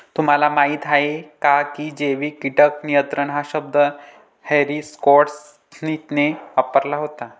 तुम्हाला माहीत आहे का की जैविक कीटक नियंत्रण हा शब्द हॅरी स्कॉट स्मिथने वापरला होता?